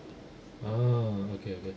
ah okay okay